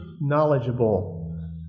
knowledgeable